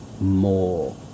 more